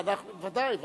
בוודאי.